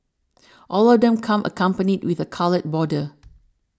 all of them come accompanied with a coloured border